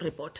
report